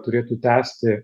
turėtų tęsti